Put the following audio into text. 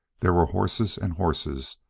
there were horses and horses,